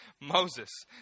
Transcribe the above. Moses